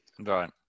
Right